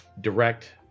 direct